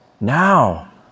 now